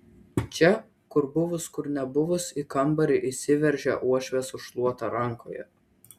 čia kur buvus kur nebuvus į kambarį įsiveržia uošvė su šluota rankoje